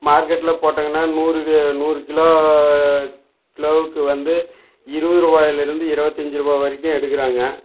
மார்க்கெட்டில் போட்டோங்கன்னால் நூறுக்கு நூறு கிலோ கிலோக்கு வந்து இருபது ரூபாயிலிருந்து இருபத்தஞ்சி ரூபாய் வரைக்கும் எடுக்கிறாங்க